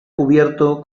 cubierto